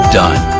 done